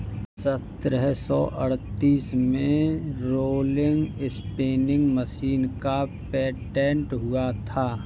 सत्रह सौ अड़तीस में रोलर स्पीनिंग मशीन का पेटेंट हुआ था